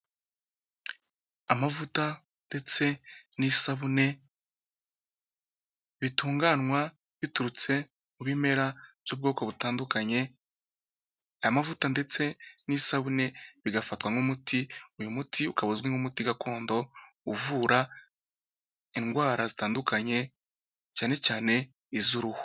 Amavuta ndetse n'isabune bitunganwa biturutse mu bimera by'ubwoko butandukanye, aya mavuta ndetse n'isabune bigafatwa nk'umuti, uyu muti ukaba uzwi nk'umuti gakondo uvura indwara zitandukanye cyane cyane iz'uruhu.